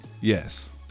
Yes